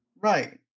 Right